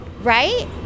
Right